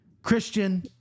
Christian